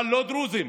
אבל לא דרוזים.